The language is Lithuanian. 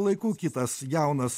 laikų kitas jaunas